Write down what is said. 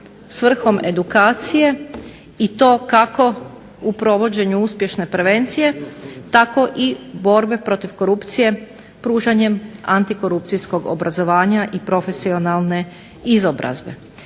svrhom edukacije i to kako u provođenju uspješne prevencije, tako i borbe protiv korupcije pružanjem antikorupcijskog obrazovanja i profesionalne izobrazbe.